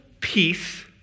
Peace